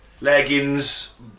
Leggings